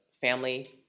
family